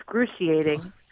excruciating